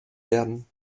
werden